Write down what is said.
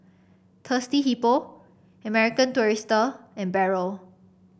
Thirsty Hippo American Tourister and Barrel